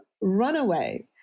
runaway